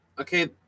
okay